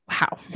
Wow